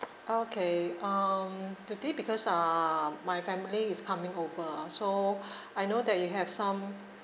okay um the thing because um my family is coming over so I know that you have some